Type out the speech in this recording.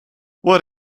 what